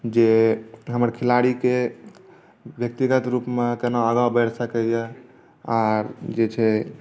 जे हमर खिलाड़ीके व्यक्तिगत रूपमे केना आगाँ बढ़ि सकैये आर जे छै